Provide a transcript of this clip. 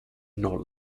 not